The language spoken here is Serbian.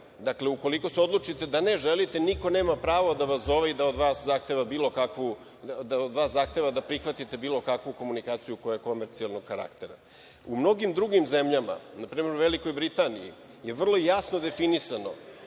Dakle, ukoliko se odlučite da ne želite, niko nema pravo da vas zove i da od vas zahteva da prihvatite bilo kakvu komunikaciju koja je komercijalnog karaktera.U mnogim drugim zemljama, na primer u Velikoj Britaniji, je vrlo jasno definisano